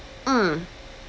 mm